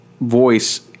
voice